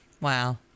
Wow